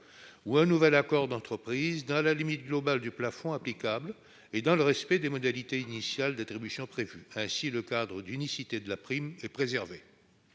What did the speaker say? ou un nouvel accord d'entreprise dans la limite globale du plafond applicable et dans le respect des modalités initiales d'attribution. Ainsi, le caractère d'unicité de la prime est préservé.